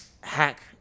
hack